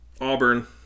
Auburn